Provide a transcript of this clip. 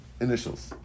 initials